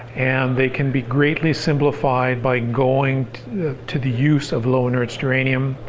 and they can be greatly simplified by going to the use of low-enriched uranium.